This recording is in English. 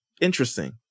Interesting